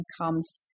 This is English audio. comes